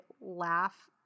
laugh